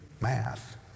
math